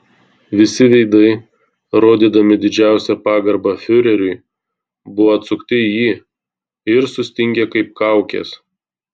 visi veidai rodydami didžiausią pagarbą fiureriui buvo atsukti į jį ir sustingę kaip kaukės